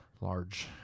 large